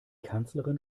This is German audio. kanzlerin